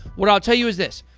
what i'll tell you is this,